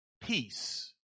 Peace